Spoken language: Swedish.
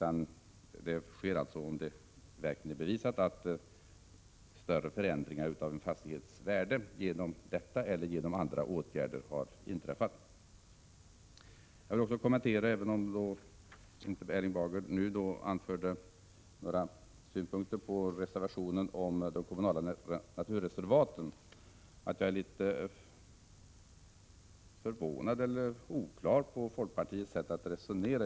En omtaxering sker om det verkligen är bevisat att större förändringar av en fastighets värde har inträffat på grund av genomförandetidens utgång eller på grund av andra åtgärder. Även om Erling Bager inte nu anförde några synpunkter på reservationen om de kommunala naturreservaten vill jag ändå kommentera den något. Jag är litet förvånad eller oklar över folkpartiets sätt att resonera.